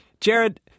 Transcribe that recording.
Jared